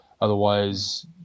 Otherwise